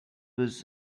was